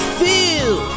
feel